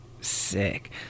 sick